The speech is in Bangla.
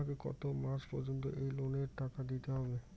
আমাকে কত মাস পর্যন্ত এই লোনের টাকা দিতে হবে?